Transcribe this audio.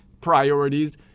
priorities